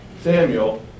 Samuel